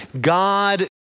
God